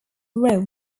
role